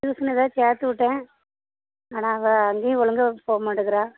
tuition ஏதாவது சேர்த்துவுட்டேன் ஆனால் அவள் அங்கேயும் ஒழுங்கா போகமாட்டேங்குறா